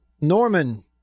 norman